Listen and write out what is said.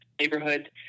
neighborhood